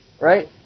right